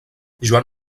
joan